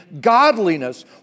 godliness